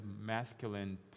masculine